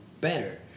better